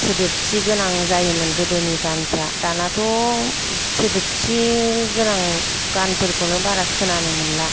सोदोबथि गोनां जायोमोन गोदोनि गानफ्रा दानाथ' सोदोबथि गोनां गानफोरखौनो बारा खोनानो मोनला